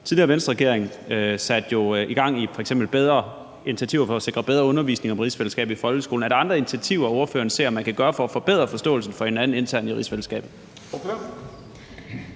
tidligere Venstreregering satte jo f.eks. gang i initiativer for at sikre bedre undervisning om rigsfællesskabet i folkeskolen, og er der andre initiativer, ordføreren ser man kan gøre for at forbedre forståelsen for hinanden internt i rigsfællesskabet?